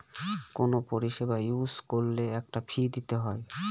কোনো পরিষেবা ইউজ করলে একটা ফী দিতে হয়